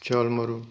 ਛਾਲ ਮਾਰੋ